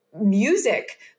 music